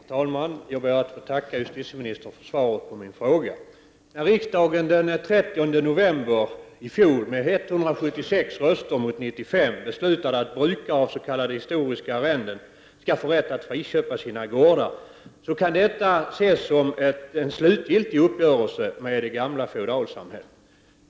Herr talman! Jag ber att få tacka justitieministern för svaret på min fråga. Riksdagens beslut den 30 november i fjol med 176 röster mot 95 att brukare av s.k. historiska arrenden skall få rätt att friköpa sina gårdar kan ses som en slutlig uppgörelse med det gamla feodalsamhället.